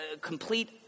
complete